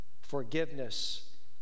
forgiveness